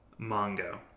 Mongo